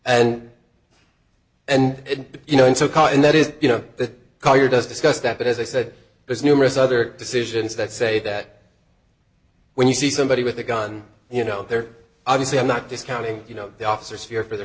and and you know it's a car and that is you know the car does discuss that but as i said there's numerous other decisions that say that when you see somebody with a gun you know they're obviously i'm not discounting you know the officers fear for their